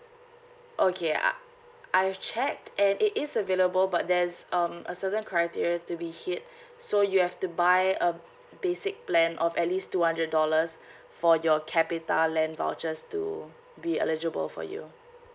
okay I I've checked and it is available but there's um a certain criteria to be hit so you have to buy a basic plan of at least two hundred dollars for your capitaland vouchers to be eligible for you